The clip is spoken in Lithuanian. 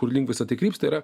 kur link visa tai krypsta yra